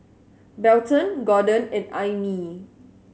Belton Gorden and Aimee